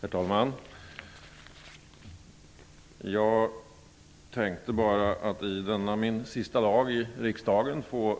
Herr talman! Jag tänkte denna min sista dag i riksdagen dels